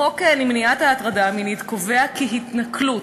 החוק למניעת הטרדה מינית קובע כי התנכלות,